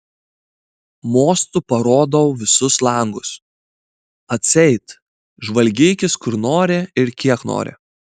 mostu parodau visus langus atseit žvalgykis kur nori ir kiek nori